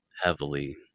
heavily